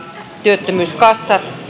työttömyyskassat